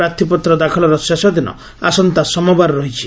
ପ୍ରାର୍ଥୀପତ୍ର ଦାଖଲର ଶେଷ ଦିନ ଆସନ୍ତା ସୋମବାର ରହିଛି